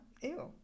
Ew